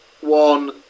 one